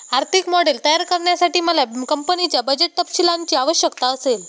आर्थिक मॉडेल तयार करण्यासाठी मला कंपनीच्या बजेट तपशीलांची आवश्यकता असेल